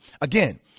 Again